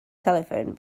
telephone